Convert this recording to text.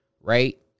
right